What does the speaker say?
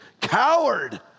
coward